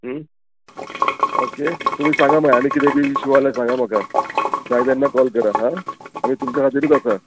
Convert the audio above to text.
okay तुमी सांगा मागीर आनी किदें बी इशू सांगा म्हाका जाय तेन्ना कॉल करा हां आमी तुमच्या खातीरूच आसा